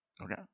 Okay